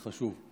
זה חשוב.